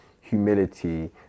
humility